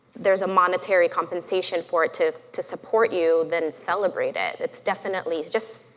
there's a monetary compensation for it to to support you, then celebrate it. it's definitely, just